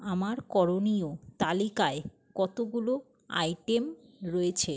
আমার করণীয় তালিকায় কতোগুলো আইটেম রয়েছে